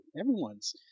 everyone's